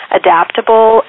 adaptable